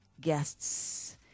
guests